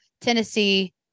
Tennessee